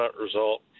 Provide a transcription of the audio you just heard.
result